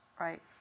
Right